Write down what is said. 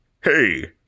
Hey